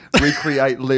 recreate